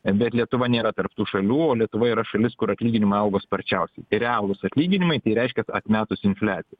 bet lietuva nėra tarp tų šalių o lietuva yra šalis kur atlyginimai augo sparčiausiai tie realūs atlyginimai tai reiškias atmetus infliaciją